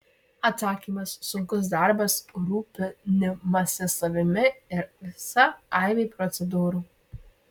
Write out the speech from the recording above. atsakymas sunkus darbas rūpinimasis savimi ir visa aibė procedūrų